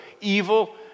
evil